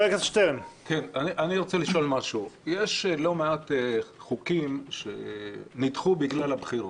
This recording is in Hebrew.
יש לא מעט חוקים שנדחו בגלל הבחירות,